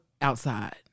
outside